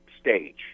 stage